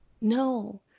No